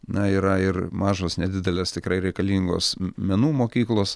na yra ir mažos nedidelės tikrai reikalingos menų mokyklos